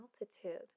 altitude